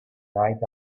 night